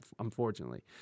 unfortunately